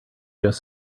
just